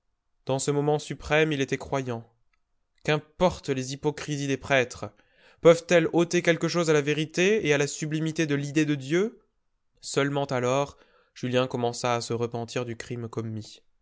dans ce moment suprême il était croyant qu'importent les hypocrisies des prêtres peuvent-elles ôter quelque chose à la vérité et à la sublimité de l'idée de dieu seulement alors julien commença à se repentir du crime commis